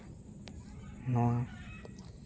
ᱱᱚᱣᱟ